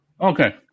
Okay